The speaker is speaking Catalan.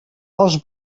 els